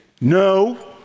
No